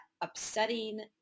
upsetting